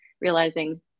realizing